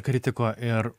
kritiko ir